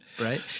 Right